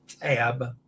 tab